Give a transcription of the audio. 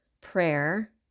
prayer